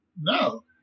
No